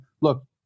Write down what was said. look